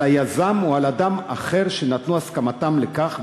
על היזם או על אדם אחר שנתנו הסכמתם לכך,